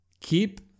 Keep